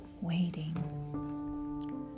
waiting